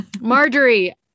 Marjorie